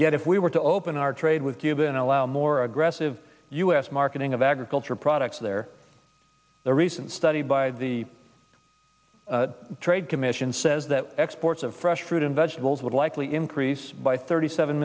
yet if we were to open our trade with cuba and allow more aggressive u s marketing of agricultural products there a recent study by the trade commission says that exports of fresh fruit and vegetables would likely increase by thirty seven